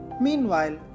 Meanwhile